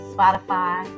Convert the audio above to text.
Spotify